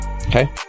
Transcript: Okay